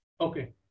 Okay